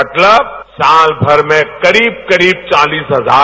मतलब साल भर में करीब करीब चालीस हजार